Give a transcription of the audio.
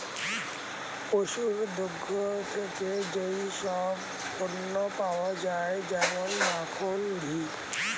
পশুর দুগ্ধ থেকে যেই সব পণ্য পাওয়া যায় যেমন মাখন, ঘি